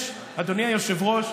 אדוני היושב-ראש,